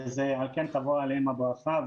ועל כך תבוא עליהם הברכה.